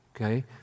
Okay